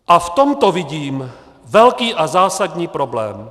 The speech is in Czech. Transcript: A v tomto vidím velký a zásadní problém.